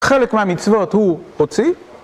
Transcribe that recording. חלק מהמצוות הוא הוציא